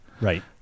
Right